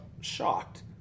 shocked